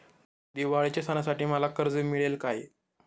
दिवाळीच्या सणासाठी मला कर्ज मिळेल काय?